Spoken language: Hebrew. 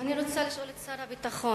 אני רוצה לשאול את שר הביטחון: